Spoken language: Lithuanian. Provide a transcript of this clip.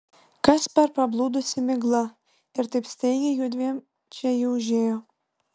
kas per pablūdusi migla ir taip staigiai judviem čia ji užėjo